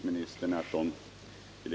Herr talman!